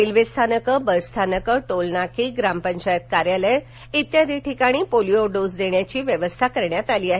railway स्थानक बसस्थानक toll नाके ग्रामपंचायत कार्यालय आदी ठिकाणी पोलिओ डोस देण्याची व्यवस्था करण्यात आली आहे